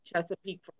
Chesapeake